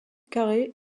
carrées